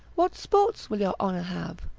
what sport will your honour have?